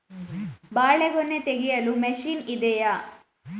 ಬಾಳೆಗೊನೆ ತೆಗೆಯಲು ಮಷೀನ್ ಇದೆಯಾ?